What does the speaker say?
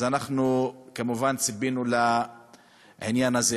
אנחנו ציפינו לזה,